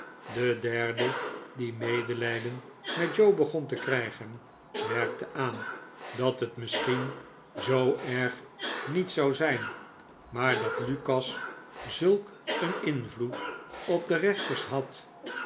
dc derde die medelijden met joe begon te krijgen merkte aan dat het misschien zoo erg niet zou zijn maar dat lukas zuik een invloed op de rechters had